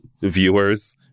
viewers